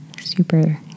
super